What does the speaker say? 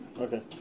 Okay